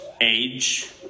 age